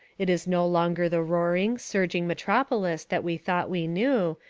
it is no longer the roar ing, surging metropolis that we thought we knew,